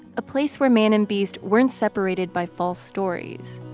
a place where man and beast weren't separated by false stories